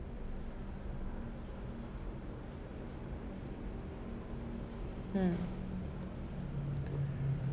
hmm